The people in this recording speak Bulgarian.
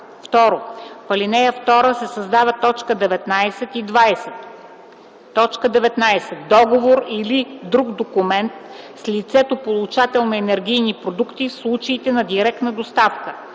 2. В ал. 2 се създават т. 19 и 20: „19. договор или друг документ с лицето-получател на енергийни продукти, в случаите на директна доставка;